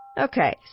Okay